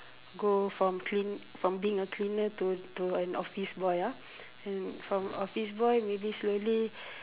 go from clean from being a cleaner to to an office boy ah and from office boy maybe slowly